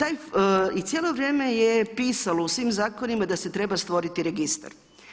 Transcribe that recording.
I cijelo vrijeme je pisalo u svim zakonima da se treba stvoriti registar.